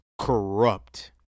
corrupt